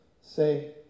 Say